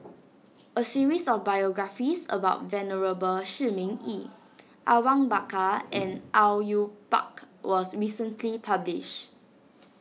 a series of biographies about Venerable Shi Ming Yi Awang Bakar and Au Yue Pak was recently published